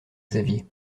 xavier